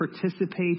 participate